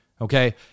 okay